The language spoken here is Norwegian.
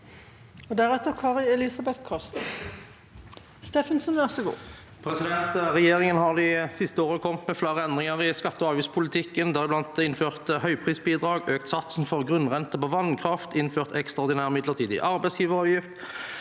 her overtatt presidentplassen. Roy Steffensen (FrP) Regjeringen har de siste årene kommet med flere endringer i skatte- og avgiftspolitikken, deriblant innført høyprisbidrag, økt satsen for grunnrente på vannkraft, innført ekstraordinær midlertidig arbeidsgiveravgift,